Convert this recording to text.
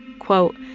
quote,